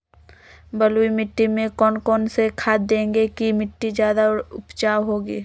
बलुई मिट्टी में कौन कौन से खाद देगें की मिट्टी ज्यादा उपजाऊ होगी?